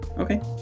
Okay